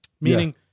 meaning